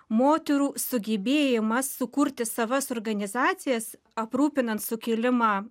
moterų sugebėjimas sukurti savas organizacijas aprūpinant sukilimą